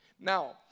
Now